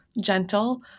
gentle